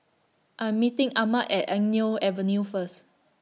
I Am meeting Ahmed At Eng Neo Avenue First